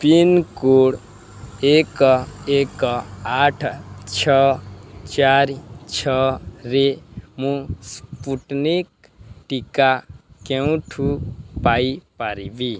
pincode ଏକ ଏକ ଆଠ ଛଅ ଚାରି ଛଅରେ ମୁଁ ସ୍ପୁଟନିକ୍ ଟିକା କେଉଁଠୁ ପାଇପାରିବି